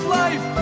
life